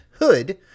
Hood